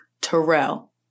Terrell